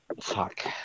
Fuck